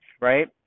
right